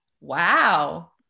wow